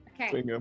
Okay